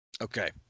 okay